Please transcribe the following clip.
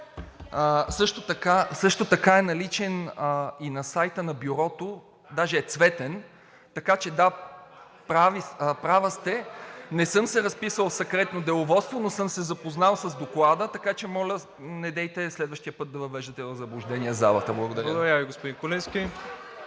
Също така е наличен и на сайта на Бюрото, даже е цветен, така че да – права сте, не съм се разписал в Секретно деловодство, но съм се запознал с Доклада, така че моля недейте следващия път да въвеждате в заблуждение залата. Благодаря. (Шум и реплики